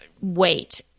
wait